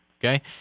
Okay